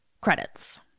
Credits